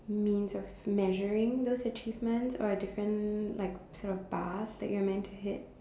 means of measuring those achievements or different like sort of bars that you are meant to hit